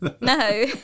no